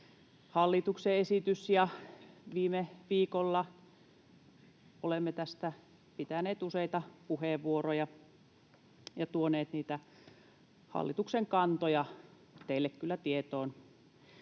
hallituksen esitys ja viime viikolla olemme tästä pitäneet useita puheenvuoroja ja tuoneet niitä hallituksen kantoja teille kyllä tietoon.